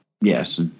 yes